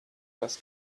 das